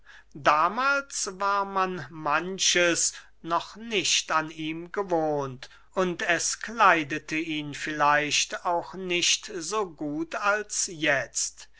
damahls war man manches noch nicht an ihm gewohnt und es kleidete ihn vielleicht auch nicht so gut als jetzt